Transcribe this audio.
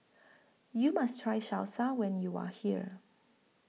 YOU must Try Salsa when YOU Are here